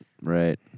Right